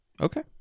Okay